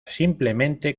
simplemente